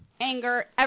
anger